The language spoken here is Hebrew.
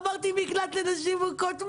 עברתי מקלט לנשים מוכות,